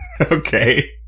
Okay